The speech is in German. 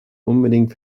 unbedingt